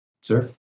Sir